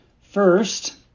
First